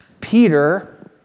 Peter